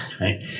right